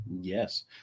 Yes